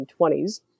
1920s